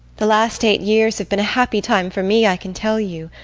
the last eight years have been a happy time for me, i can tell you.